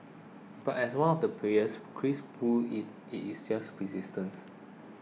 but as one of the players Chris puts it it's just persistence